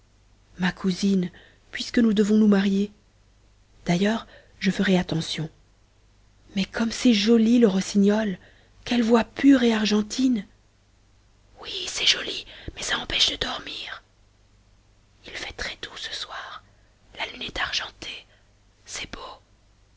ma cousine puisque nous devons nous marier d'ailleurs je ferai attention mais comme c'est joli le rossignol quelle voix pure et argentine oui c'est joli mais ça empêche de dormir il fait très doux ce soir la lune est argentée c'est beau